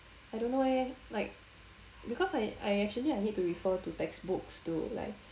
I don't know eh like because I I actually I need to refer to textbooks to like